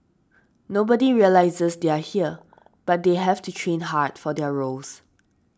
nobody realises they're here but they have to train hard for their roles